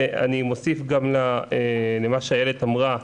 אני אוסיף למה שאיילת אמרה,